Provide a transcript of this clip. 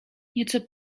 nieco